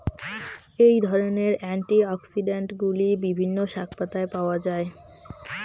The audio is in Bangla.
এই ধরনের অ্যান্টিঅক্সিড্যান্টগুলি বিভিন্ন শাকপাতায় পাওয়া য়ায়